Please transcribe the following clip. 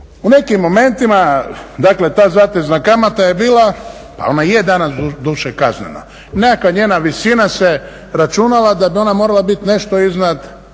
U nekim momentima, dakle ta zatezna kamata je bila, pa ona i je danas doduše kaznena, nekakva njena visina se računala da bi ona morala biti nešto iznad